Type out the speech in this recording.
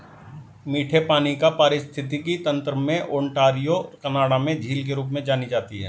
मीठे पानी का पारिस्थितिकी तंत्र में ओंटारियो कनाडा में झील के रूप में जानी जाती है